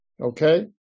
Okay